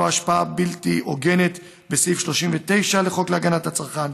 השפעה בלתי הוגנת בסעיף 39 לחוק להגנת הצרכן.